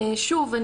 שוב,